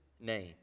name